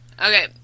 Okay